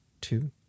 two